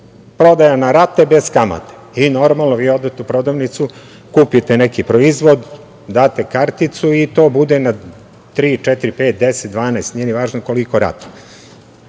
prodaja na rate, bez kamate i normalno, vi odete u prodavnicu, kupite neki proizvod, date karticu i to bude na 3,4,5, 10, 12, nije ni važno koliko rata.E